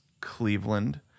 Cleveland